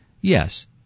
Yes